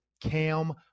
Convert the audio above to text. Cam